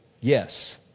yes